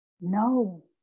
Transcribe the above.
no